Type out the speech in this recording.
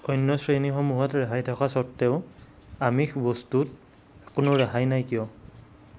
অন্য শ্ৰেণীসমূহত ৰেহাই থকা স্বত্ত্বেও আমিষ বস্তুত কোনো ৰেহাই নাই কিয়